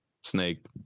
snake